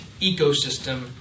ecosystem